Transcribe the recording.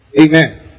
Amen